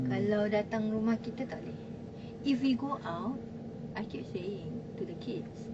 kalau datang rumah kita tak boleh if we go out I keep saying to the kids